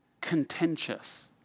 contentious